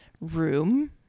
room